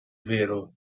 vero